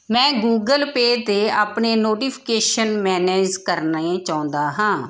ਮੈਂ Google Pay 'ਤੇ ਆਪਣੇ ਨੋਟੀਫਿਕੇਸ਼ਨ ਮੈਨੇਜ ਕਰਨੇ ਚਾਹੁੰਦਾ ਹਾਂ